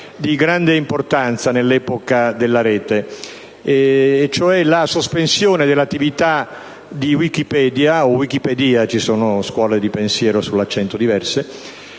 di grande importanza nell'epoca della Rete, cioè la sospensione dell'attività di Wikipedia (o Wikipedìa: esistono diverse scuole di pensiero sull'accento) come